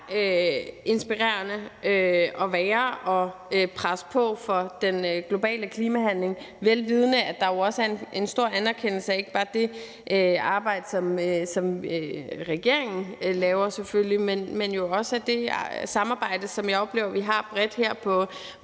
inspirerende at være med til at presse på for den globale klimahandling, vel vidende at der også er en stor anerkendelse af ikke bare det arbejde, som regeringen laver, men også det samarbejde, som jeg oplever vi har bredt her på